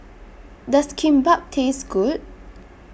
Does Kimbap Taste Good